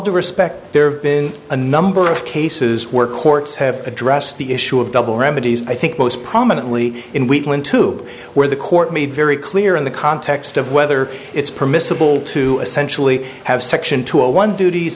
due respect there have been a number of cases where courts have addressed the issue of double remedies i think most prominently in week when tube where the court made very clear in the context of whether it's permissible to essentially have section two a one duties